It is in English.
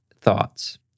Thoughts